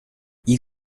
you